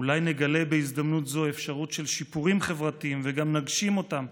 אולי נגלה בהזדמנות זו אפשרות של שיפורים חברתיים וגם נגשים אותם,